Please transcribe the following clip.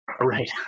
right